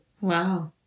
wow